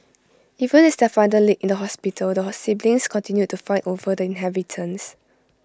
even as their father laid in the hospital the siblings continued to fight over the inheritance